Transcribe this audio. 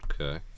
Okay